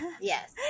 yes